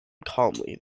calmly